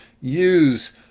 use